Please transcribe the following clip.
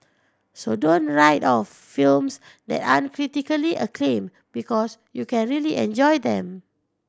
so don't write off films that aren't critically acclaimed because you can really enjoy them